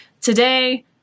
Today